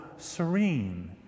serene